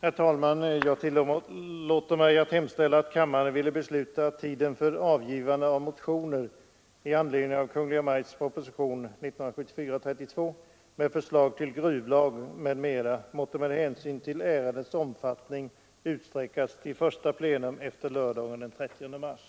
Fru talman! Jag hemställer att kammaren måtte besluta att tiden för avgivande av motioner i anledning av Kungl. Maj:ts proposition 1974:33 med förslag till lag om inrikes vägtransport måtte med hänsyn till ärendets omfattning utsträckas till första plenum efter lördagen den 23 mars.